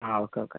ആ okay okay